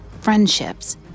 friendships